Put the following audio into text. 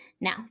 now